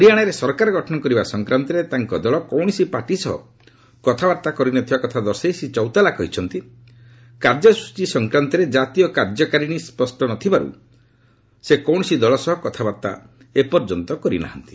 ହରିଆଶାରେ ସରକାର ଗଠନ କରିବା ସଂକ୍ରାନ୍ତରେ ତାଙ୍କ ଦଳ କୌଣସି ପାର୍ଟି ସହ କଥାବାର୍ତ୍ତା କରିନଥିବା କଥା ଦର୍ଶାଇ ଶ୍ରୀ ଚୌତାଲା କହିଛନ୍ତି କାର୍ଯ୍ୟସ୍ତଚୀ ସଂକ୍ରାନ୍ତରେ କାର୍ଯ୍ୟକାରିଣୀ ସ୍ୱଷ୍ଟ ନଥିବାରୁ ସେ କୌଣସି ଦଳ ସହ କଥାବାର୍ତ୍ତା କରିନାହାନ୍ତି